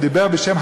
דיבר בשם,